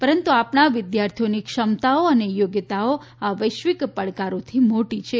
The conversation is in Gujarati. પરંતુ આપણા વિદ્યાર્થીઓની ક્ષમતાઓ અને યોગ્યતાઓ આ વૈશ્વિક પડકારોથી મોટી છે